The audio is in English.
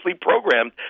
programmed